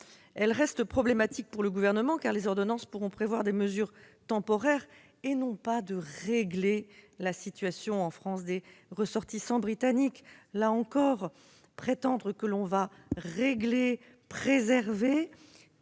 demeure problématique selon le Gouvernement. En effet, les ordonnances pourront prévoir des mesures temporaires, mais non pas régler la situation en France des ressortissants britanniques. Là encore, prétendre que l'on va préserver